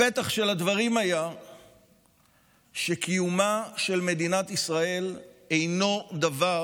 הפתח של הדברים היה שקיומה של מדינת ישראל אינו דבר